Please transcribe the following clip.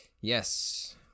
Yes